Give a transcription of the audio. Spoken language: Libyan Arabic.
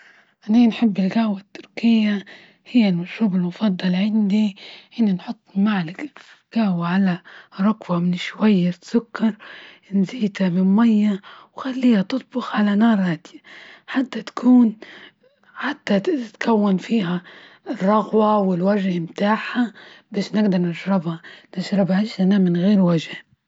إني نحب الجهوة التركية هي المشروب المفضل عندي، هنا نحط معلقة على ركوة من شوية سكر نزيدها من مية وخليها تطبخ على نار هادية، حتى تكون حتى تتكون فيهارغوة والوجهه بتاعها، باش نقدر نشربها تشربهاش هنا من غير وجه.